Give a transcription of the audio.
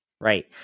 Right